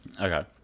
Okay